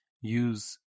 use